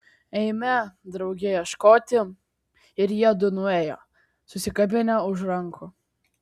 eime drauge ieškoti ir jiedu nuėjo susikabinę už rankų